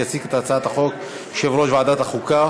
יציג את הצעת החוק יושב-ראש ועדת החוקה,